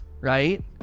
Right